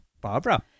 Barbara